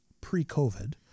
pre-covid